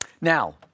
Now